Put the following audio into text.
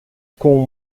com